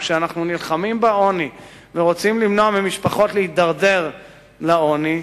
כשאנחנו נלחמים בעוני ורוצים למנוע ממשפחות להידרדר לעוני,